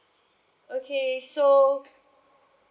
okay so